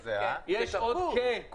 יש עוד כ-700,000 לקוחות רשת הוט,